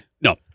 No